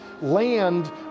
land